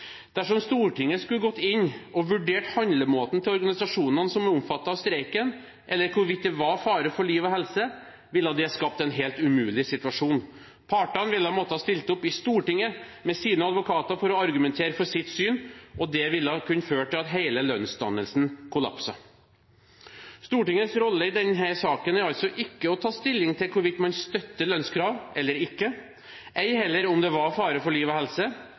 Dersom Stortinget skulle gått inn og vurdert handlemåten til organisasjonene som er omfattet av streiken, eller hvorvidt det var fare for liv og helse, ville det skapt en helt umulig situasjon. Partene hadde måttet stille opp i Stortinget med sine advokater for å argumentere for sitt syn, og det ville ha kunnet føre til at hele lønnsdannelsen kollapset. Stortingets rolle i denne saken er altså ikke å ta stilling til hvorvidt man støtter lønnskrav eller ikke, ei heller om det var fare for liv og helse.